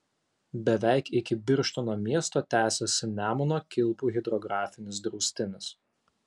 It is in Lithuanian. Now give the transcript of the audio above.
beveik iki birštono miesto tęsiasi nemuno kilpų hidrografinis draustinis